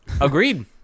agreed